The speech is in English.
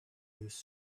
his